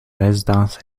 résidences